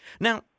Now